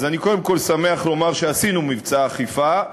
אז אני קודם כול שמח לומר שעשינו מבצע אכיפה,